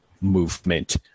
movement